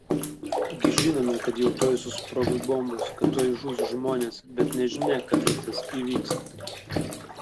gi žinome kad jau tuoj susprogs bombos kad tuoj žus žmonės bet nežinia kada tas įvyks